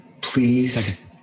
please